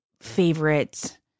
favorite